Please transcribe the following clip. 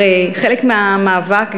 הרי חלק מהמאבק,